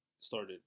started